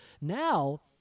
now